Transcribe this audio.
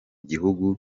gihugu